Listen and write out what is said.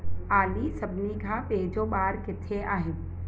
आली सभिनी खां वेझो ॿारु किथे आहे